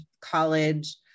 college